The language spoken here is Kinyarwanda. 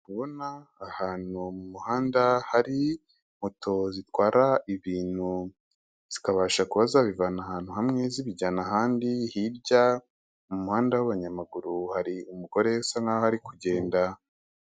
Ndikubona ahantu mu muhanda hari moto zitwara ibintu zikabasha kuba zabivana ahantu hamwe zibijyana ahandi, hirya mu muhanda w'abanyamaguru hari umugore usa nk'ako ari kugenda.